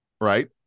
Right